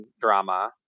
drama